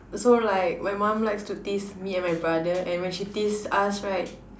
so like my mom like to tease me and my brother and when she tease us right